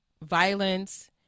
violence